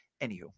anywho